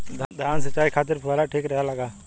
धान सिंचाई खातिर फुहारा ठीक रहे ला का?